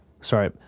Sorry